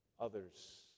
others